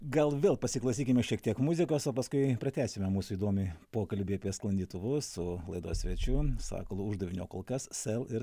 gal vėl pasiklausykime šiek tiek muzikos o paskui pratęsime mūsų įdomį pokalbį apie sklandytuvus su laidos svečiu sakalu uždaviniu o kol kas sel ir